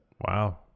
Wow